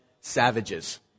savages